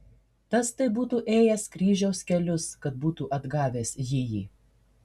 tas tai būtų ėjęs kryžiaus kelius kad būtų atgavęs jįjį